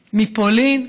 מפולין,